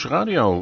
Radio